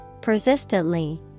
persistently